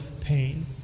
pain